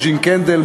יוג'ין קנדל,